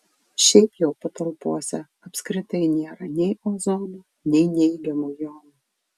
šiaip jau patalpose apskritai nėra nei ozono nei neigiamų jonų